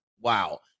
Wow